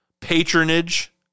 patronage